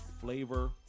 Flavor